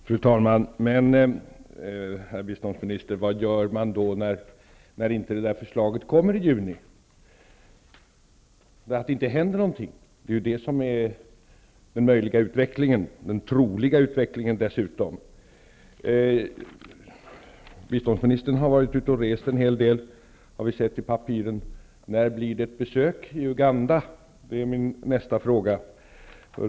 Fru talman! Men, herr biståndsminister, vad gör man då när förslaget inte kommer i juni, när det inte händer någonting? Det är ju den möjliga utvecklingen, den troliga utvecklingen dessutom. Biståndsministern har varit ute och rest en hel del, har vi sett i papiren. När blir det ett besök i Uganda? Det är min nästa fråga.